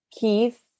Keith